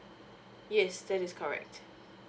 yes that is correct